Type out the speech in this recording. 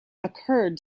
occurred